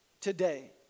today